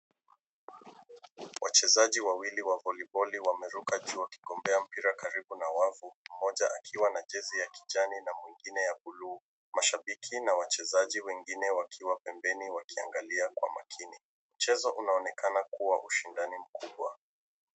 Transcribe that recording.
Wachezaji wawili wa voliboli wameruka juu wakigombea mpira karibu na wavu mmoja akiwa na jezi ya kijani na mwingine ya bluu. Mashabiki na wachezaji wengine wakiwa pembeni wakiangalia kwa makini. Mchezo unaonekana kuwa ushindani mkubwa.